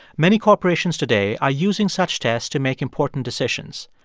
many corporations today are using such tests to make important decisions.